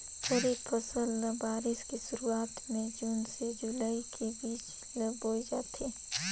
खरीफ फसल ल बारिश के शुरुआत में जून से जुलाई के बीच ल बोए जाथे